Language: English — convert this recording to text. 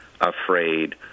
afraid